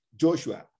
Joshua